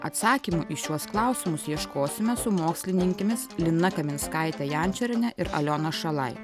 atsakymų į šiuos klausimus ieškosime su mokslininkėmis lina kaminskaite jančorienė ir aliona šalai